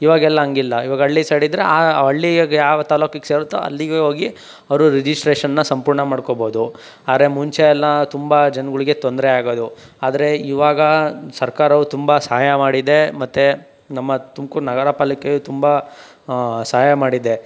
ಇವಾಗೆಲ್ಲ ಹಂಗಿಲ್ಲ ಇವಾಗ ಹಳ್ಳಿ ಸೈಡಿದ್ದರೆ ಆ ಹಳ್ಳಿಗೆ ಯಾವ ತಾಲ್ಲೂಕಿಗೆ ಸೇರುತ್ತೋ ಅಲ್ಲಿಗೆ ಹೋಗಿ ಅವರು ರಿಜಿಸ್ಟ್ರೇಷನ್ನ ಸಂಪೂರ್ಣ ಮಾಡ್ಕೊಳ್ಬೋದು ಆದ್ರೆ ಮುಂಚೆಯೆಲ್ಲ ತುಂಬ ಜನಗಳಿಗೆ ತೊಂದರೆ ಆಗೋದು ಆದರೆ ಇವಾಗ ಸರ್ಕಾರವು ತುಂಬ ಸಹಾಯ ಮಾಡಿದೆ ಮತ್ತು ನಮ್ಮ ತುಮ್ಕೂರು ನಗರ ಪಾಲಿಕೆಯು ತುಂಬ ಸಹಾಯ ಮಾಡಿದೆ